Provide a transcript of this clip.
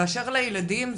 באשר לילדים,